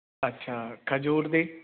ਅੱਛਾ ਖਜੂਰ ਦੀ